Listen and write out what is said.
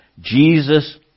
Jesus